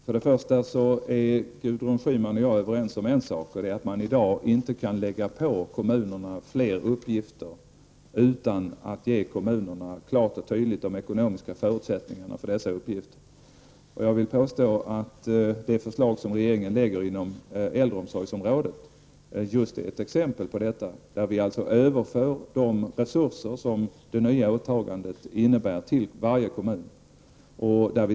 Herr talman! Gudrun Schyman och jag är överens om en sak, nämligen att man i dag inte kan lägga på kommunerna fler uppgifter utan att kommunerna samtidigt får de ekonomiska förutsättningarna härför. Genom regeringens förslag på äldreområdet överför vi till kommunerna de resurser som det nya åtagandet kräver.